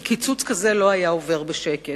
כי היום קיצוץ כזה לא היה עובר בשקט.